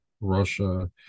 Russia